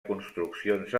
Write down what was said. construccions